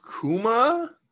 Kuma